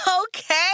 Okay